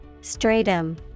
Stratum